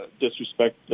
disrespect